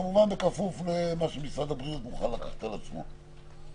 בכפוף למה שמשרד הבריאות מוכן לקחת על עצמו.